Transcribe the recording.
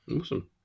Awesome